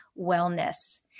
wellness